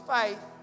faith